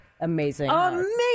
amazing